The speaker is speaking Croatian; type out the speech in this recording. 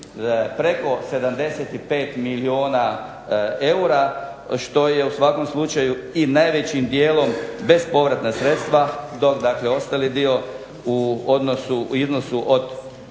preko 75 milijuna eura, što je u svakom slučaju i najvećim dijelom bespovratna sredstva, dok dakle ostali dio u odnosu,